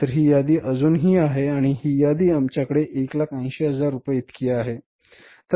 तर ही यादी अजूनही आहे आणि ही यादी आमच्याकडे 180000 रुपये इतकी आहे